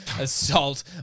assault